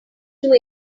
too